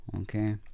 Okay